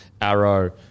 Arrow